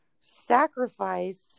sacrificed